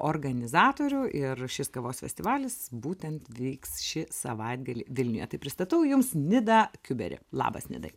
organizatorių ir šis kavos festivalis būtent vyks šį savaitgalį vilniuje tai pristatau jums nidą kiuberį labas nidai